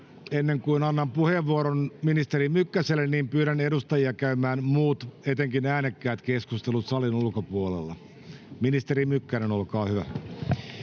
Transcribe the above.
ennen kuin annan puheenvuoron ministeri Mykkäselle, pyydän edustajia käymään muut, etenkin äänekkäät keskustelut salin ulkopuolella. — Ministeri Mykkänen, olkaa hyvä.